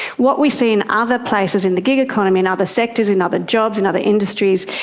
what we see in other places in the gig economy, in other sectors, in other jobs, in other industries,